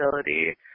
ability